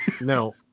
No